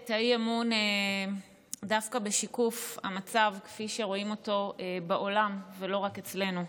את האי-אמון דווקא בשיקוף המצב כפי שרואים אותו בעולם ולא רק אצלנו.